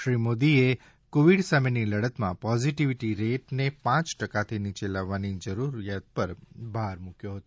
શ્રી મોદીએ કોવિડ સામેની લડતમાં પોઝિટિવિટી રેટને પાંચ ટકાથી નીચે લાવવાની જરૂર પર ભાર મૂક્યો છે